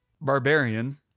Barbarian